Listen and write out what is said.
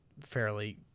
fairly